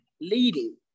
leading